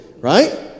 Right